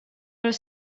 var